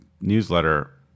newsletter